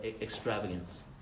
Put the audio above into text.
extravagance